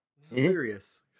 Serious